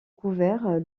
couvert